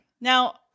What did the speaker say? Now